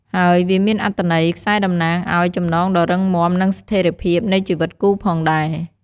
ហើយវាមានអត្ថន័យ ខ្សែកតំណាងឱ្យ ចំណងដ៏រឹងមាំ និងស្ថេរភាពនៃជីវិតគូផងដែរ។